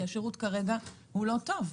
כרגע השירות הוא לא טוב.